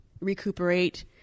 recuperate